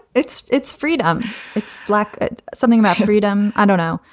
its its freedom its black it something about freedom. i don't know.